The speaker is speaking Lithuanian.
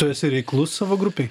tu esi reiklus savo grupei